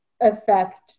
affect